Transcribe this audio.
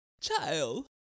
Child